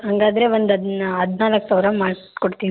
ಹಾಗಾದ್ರೆ ಒಂದು ಅದನ್ನ ಹದಿನಾಲ್ಕು ಸಾವಿರ ಮಾಡ್ಸ್ಕೊಡ್ತೀನಿ